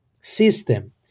system